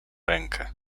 rękę